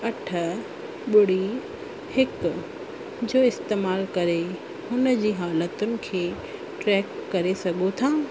अठ ॿुड़ी हिकु जो इस्तेमालु करे हुन जी हालतुनि खे ट्रैक करे सघूं था